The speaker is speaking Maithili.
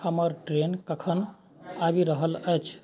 हमर ट्रेन कखन आबि रहल अछि